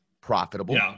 profitable